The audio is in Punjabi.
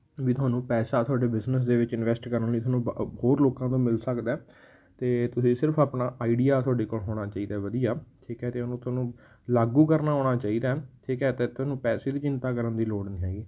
ਵੀ ਤੁਹਾਨੂੰ ਪੈਸਾ ਤੁਹਾਡੇ ਬਿਜ਼ਨਸ ਦੇ ਵਿੱਚ ਇਨਵੈਸਟ ਕਰਨ ਲਈ ਤੁਹਾਨੂੰ ਬ ਅ ਹੋਰ ਲੋਕਾਂ ਤੋਂ ਮਿਲ ਸਕਦਾ ਹੈ ਅਤੇ ਤੁਸੀਂ ਸਿਰਫ ਆਪਣਾ ਆਈਡੀਆ ਤੁਹਾਡੇ ਕੋਲ ਹੋਣਾ ਚਾਹੀਦਾ ਵਧੀਆ ਠੀਕ ਹੈ ਅਤੇ ਉਹਨੂੰ ਤੁਹਾਨੂੰ ਲਾਗੂ ਕਰਨਾ ਆਉਣਾ ਚਾਹੀਦਾ ਠੀਕ ਹੈ ਅਤੇ ਤੁਹਾਨੂੰ ਪੈਸੇ ਦੀ ਚਿੰਤਾ ਕਰਨ ਦੀ ਲੋੜ ਨਹੀਂ ਹੈਗੀ